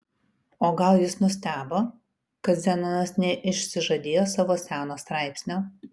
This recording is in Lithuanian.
o gal jis nustebo kad zenonas neišsižadėjo savo seno straipsnio